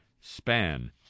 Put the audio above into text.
span